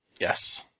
Yes